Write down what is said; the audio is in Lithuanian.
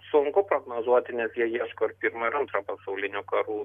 sunku prognozuoti nes jie ieško ir pirmo ir antro pasaulinio karų